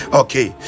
okay